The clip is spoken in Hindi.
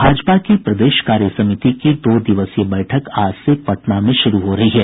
भाजपा की प्रदेश कार्यसमिति की दो दिवसीय बैठक आज से पटना में शुरू हो रही है